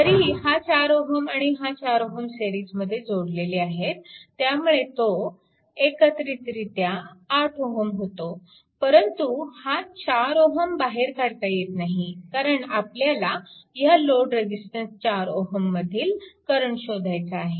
जरी हा 4Ω आणि हा 4Ω सिरीजमध्ये जोडलेले आहेत त्यामुळे तो एकत्रितरित्या 8Ω होतो परंतु हा 4Ω बाहेर काढता येत नाही कारण आपल्याला ह्या लोड रेजिस्टन्स 4Ω मधील करंट शोधायचा आहे